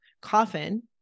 coffin